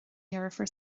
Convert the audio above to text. dheirfiúr